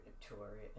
tour